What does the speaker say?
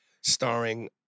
starring